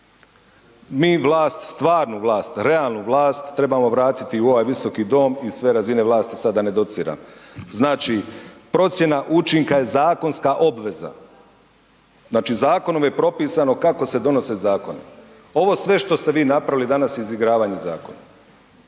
Mi vlast, stvarnu vlast, realnu vlast trebamo vratiti u ovaj visoki dom i sve razine vlasti sada da ne dociram. Znači procjena učinka je zakonska obveza, znači zakonom je propisano kako se donose zakoni. Ovo sve što ste vi napravili danas je izigravanje zakona.